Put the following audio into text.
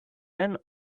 end